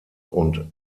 und